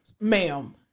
ma'am